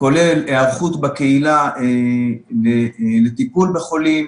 כולל היערכות בקהילה לטיפול בחולים,